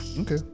okay